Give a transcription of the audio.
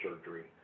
surgery